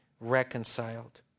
reconciled